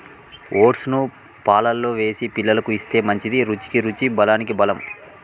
oats ను పాలల్లో వేసి పిల్లలకు ఇస్తే మంచిది, రుచికి రుచి బలానికి బలం